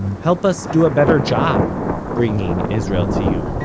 help us do a better job bringing israel to you.